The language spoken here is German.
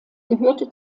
gehörte